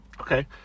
Okay